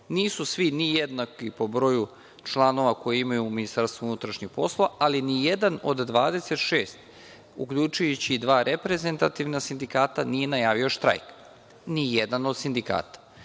Nisu svi ni jednaki po broju članova koje imaju u MUP, ali nijedna od 26 uključujući i dva reprezentativna sindikata nije najavio štrajk. Nijedan od sindikata.